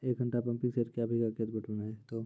एक घंटा pumping set क्या बीघा खेत पटवन है तो?